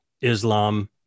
Islam